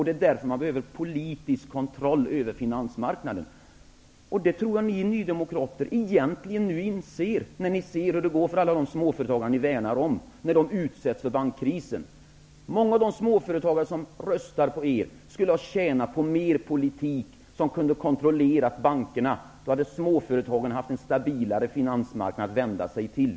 Det är därför man behöver politisk kontroll över finansmarknaden. Det tror jag att ni nydemokrater egentligen inser när ni ser hur det går för alla de småföretagare som ni värnar, när de utsätts för bankkrisen. Många av de småföretagare som röstar på er skulle ha tjänat på mer politik som kunde ha kontrollerat bankerna. Då hade småföretagen haft en stabilare finansmarknad att vända sig till.